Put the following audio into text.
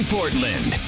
Portland